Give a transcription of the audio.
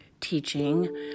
teaching